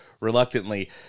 reluctantly